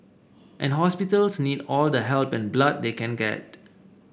and hospitals need all the help and blood they can get